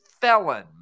felon